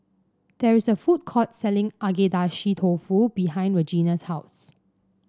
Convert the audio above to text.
there is a food court selling Agedashi Dofu behind Regina's house